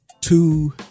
two